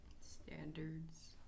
Standards